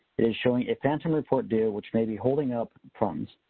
it is showing a phantom report due, which may be holding up funds.